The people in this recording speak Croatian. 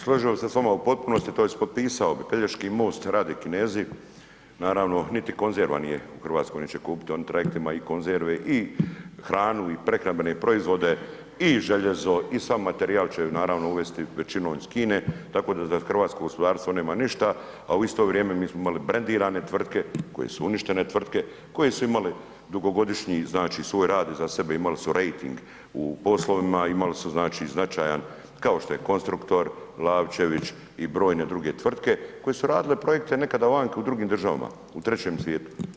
Složio bih se s vama u potpunosti, tj. potpisao bi Pelješki most rade Kinezi, naravno niti konzerva nije u Hrvatskoj neće kupiti, oni trajektima i konzerve i hranu i prehrambene proizvode i željezo i sav materijal će naravno uvesti većinom iz Kine, tako da za hrvatsko gospodarstvo nema ništa, a u isto vrijeme mi smo imali brendirane tvrtke koje su uništene tvrtke, koje su imale dugogodišnji znači svoj rad iza sebe, imale su rejting u poslovima, imali su znači značajan kao što je Konstruktor, Lavčević i brojne druge tvrtke koje su radile projekte nekada vanka u drugim državama u trećem svijetu.